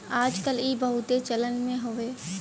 आज कल ई बहुते चलन मे हउवे